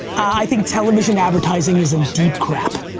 i think television advertising is in deep crap.